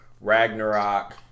Ragnarok